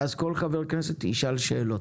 ואז כל חבר כנסת ישאל שאלות.